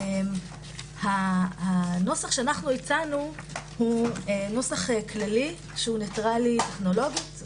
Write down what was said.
והנוסח שהצענו הוא נוסח כללי שהוא ניטרלי טכנולוגית: